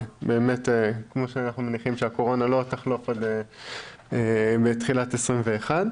כפי שאנחנו מניחים שהקורונה לא תחלוף בתחילת 2021,